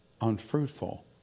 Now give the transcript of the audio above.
unfruitful